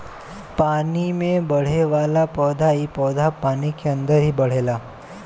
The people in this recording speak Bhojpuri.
पानी में बढ़ेवाला पौधा इ पौधा पानी के अंदर ही बढ़ेला